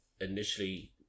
initially